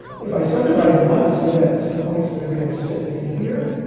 if i subdivide once, i get some points that are gonna sit in here,